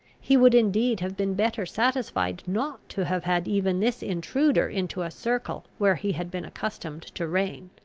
he would indeed have been better satisfied not to have had even this intruder into a circle where he had been accustomed to reign.